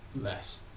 Less